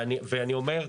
ואני אומר,